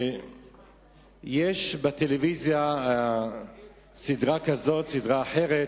יש בטלוויזיה סדרה כזאת, סדרה אחרת,